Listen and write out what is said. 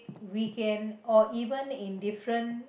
we can or even in different